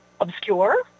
obscure